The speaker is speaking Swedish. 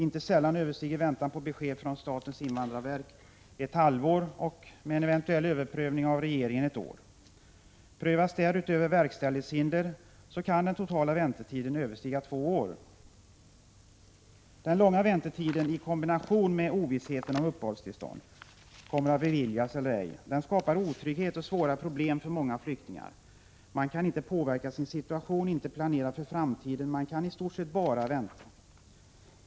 Inte sällan överstiger väntan på besked från statens invandrarverk ett halvår och med eventuell överprövning av regeringen ett år. Prövas därutöver verkställighetshinder kan den totala väntetiden överstiga två år. Den långa väntetiden i kombination med ovissheten om huruvida uppehållstillstånd kommer att beviljas eller ej skapar otrygghet och svåra problem för många flyktingar. De kan inte påverka sin situation, inte planera för framtiden. De kan i stort sett bara vänta.